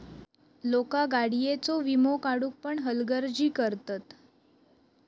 लोका गाडीयेचो वीमो काढुक पण हलगर्जी करतत